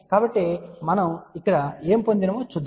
కాబట్టి మనం ఇక్కడ ఏమి పొందామో చూద్దాం